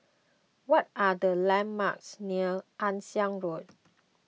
what are the landmarks near Ann Siang Road